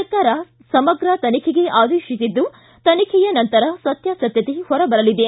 ಸರ್ಕಾರ ಸಮಗ್ರ ತನಿಖೆಗೆ ಆದೇಶಿಸಿದ್ದು ತನಿಖೆಯ ನಂತರ ಸತ್ಗಾಸತ್ಗತೆ ಹೊರಬರಲಿದೆ